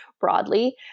broadly